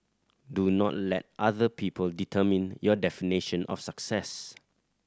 do not let other people determine your definition of success